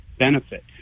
Benefit